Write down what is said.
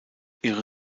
ihre